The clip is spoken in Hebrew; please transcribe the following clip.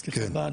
סליחה,